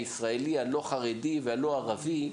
הישראלי הלא חרדי והלא ערבי,